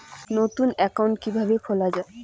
নতুন একাউন্ট কিভাবে খোলা য়ায়?